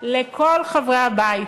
לכל חברי הבית,